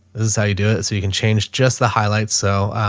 is how you do it. so you can change just the highlights. so,